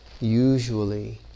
usually